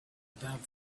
about